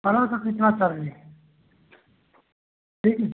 colour का कितना charge है ठीक